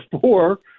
four